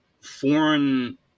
foreign